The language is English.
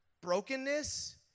brokenness